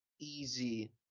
easy